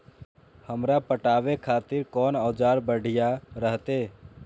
हमरा पटावे खातिर कोन औजार बढ़िया रहते?